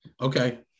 Okay